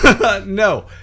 No